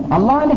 Allah